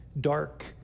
dark